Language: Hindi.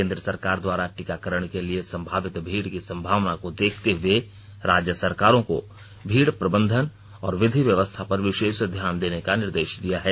केन्द्र सरकार द्वारा टीकाकरण के लिए संभावित भीड़ की संभावना को देखते हुए राज्य सरकारों को भीड़ प्रबंधन और विधि व्यवस्था पर विशेष ध्यान देने का निर्देश दिया है